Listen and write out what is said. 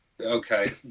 Okay